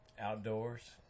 outdoors